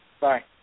Bye